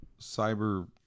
cyber